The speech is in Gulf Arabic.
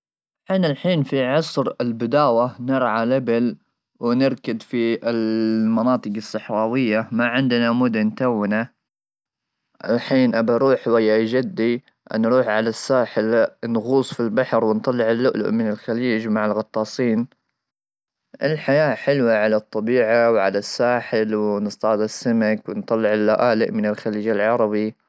حنا الحين في عصر البداوه نرعى ليبل ونركض في المناطق الصحراويه ما عندنا مدن تونا الحين ابى اروح ويا جدي نروح على الساحل نغوص في البحر ,ونطلع اللؤلؤ من الخليج مع الغطاسين ,الحياه حلوه على الطبيعه وعلى الساحل ونصطاد السمك ونطلع اللالئ من الخليج العربي.